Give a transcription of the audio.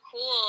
cool